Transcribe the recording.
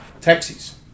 taxis